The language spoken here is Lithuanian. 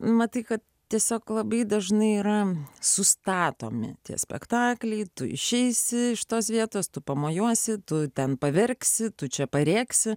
matai kad tiesiog labai dažnai yra sustatomi tie spektakliai tu išeisi iš tos vietos tu pamojuosi tu ten paverksi tu čia parėksi